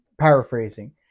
paraphrasing